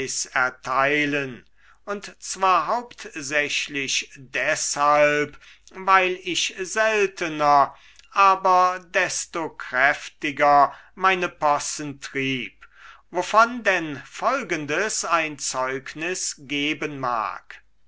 erteilen und zwar hauptsächlich deshalb weil ich seltener aber desto kräftiger meine possen trieb wovon denn folgendes ein zeugnis geben mag